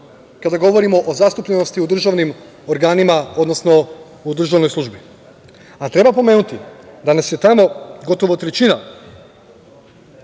kada govorimo o zastupljenosti u državnim organima, odnosno u državnoj službi. A treba pomenuti da nas je tamo gotovo trećina.